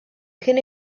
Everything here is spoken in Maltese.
kien